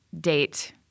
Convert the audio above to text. date